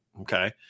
okay